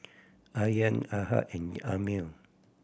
Aryan Ahad and Ammir